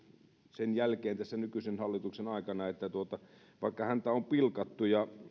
sen jälkeen tässä nykyisen hallituksen aikana että vaikka häntä on pilkattu ja